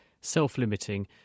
self-limiting